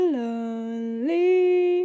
lonely